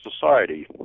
society